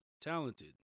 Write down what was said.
talented